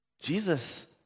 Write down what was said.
Jesus